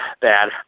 bad